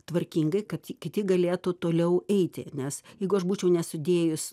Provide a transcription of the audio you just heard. tvarkingai kad kiti galėtų toliau eiti nes jeigu aš būčiau nesudėjus